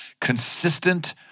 consistent